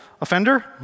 offender